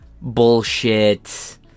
bullshit